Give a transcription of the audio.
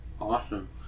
awesome